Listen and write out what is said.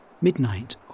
midnight